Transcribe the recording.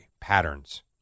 patterns